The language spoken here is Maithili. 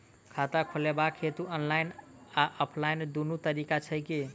खाता खोलेबाक हेतु ऑनलाइन आ ऑफलाइन दुनू तरीका छै की?